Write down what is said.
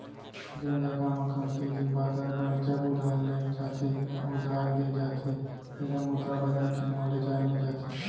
जेन जघा म कमती दिन बादर बर जब उधार ले जाथे या उधार देय जाथे ऐला मुद्रा बजार के नांव ले जाने जाथे